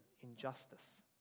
injustice